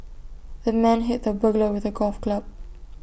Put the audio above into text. the man hit the burglar with A golf club